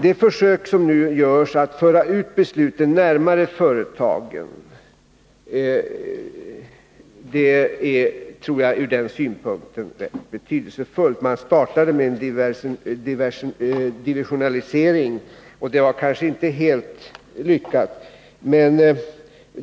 Det försök som nu görs att föra ut besluten närmare företagen är, ur den synpunkten, betydelsefullt. Man startade med en divisionalisering. Det var 3 kanske inte helt lyckat.